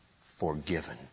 forgiven